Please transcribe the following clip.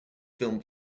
film